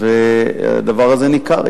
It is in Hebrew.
והדבר הזה ניכר.